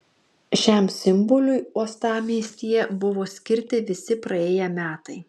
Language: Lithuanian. šiam simboliui uostamiestyje buvo skirti visi praėję metai